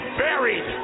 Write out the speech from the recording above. buried